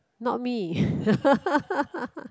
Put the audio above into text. not me